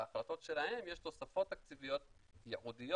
בהחלטות שלהם יש תוספות תקציביות ייעודיות